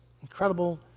incredible